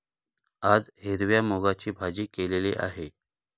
आज हिरव्या मूगाची भाजी केलेली आहे